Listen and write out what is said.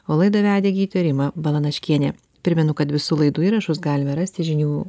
o laidą vedė gydytoja rima balanaškienė primenu kad visų laidų įrašus galime rasti žinių